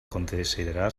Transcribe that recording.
considerar